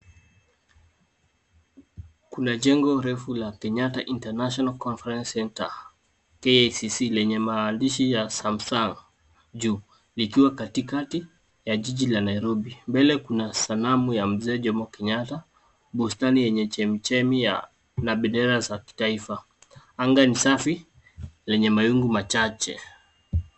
Kuna jengo refu la Kenyatta International Conference Center KICC lenye maandishi ya samsung juu likiwa katikati ya jiji la Nairobi. Mbele kuna sanamu ya mzee Jomo Kenyatta, bustani yenye chemichemi na bendera za kitaifa. Anga ni safi lenye mawingu machache.